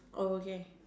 oh okay